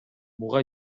буга